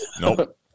Nope